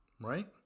right